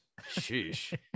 Sheesh